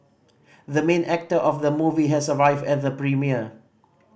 the main actor of the movie has arrived at the premiere